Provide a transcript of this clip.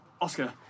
Oscar